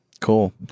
Cool